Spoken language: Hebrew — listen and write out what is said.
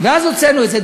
ואז הוצאנו את זה.